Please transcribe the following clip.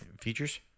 features